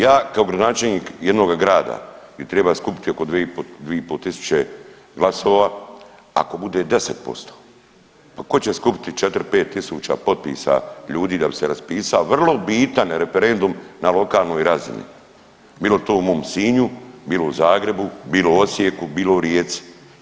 Ja kao gradonačelnik jednoga grada bi triba skupiti oko 2 i po tisuće glasova ako bude 10%, pa tko će skupiti 4-5.000 potpisa ljudi da bi se raspisao vrlo bitan referendum na lokalnoj razini, bilo to u mom Sinju, bilo u Zagrebu, bilo u Osijeku, bilo u Rijeci.